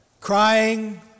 Crying